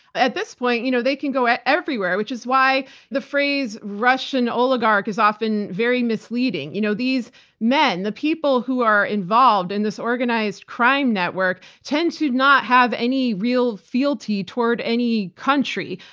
at this point, you know they can go everywhere, which is why the phrase, russian oligarch, is often very misleading. you know these men, the people who are involved in this organized crime network tend to not have any real fealty toward any country.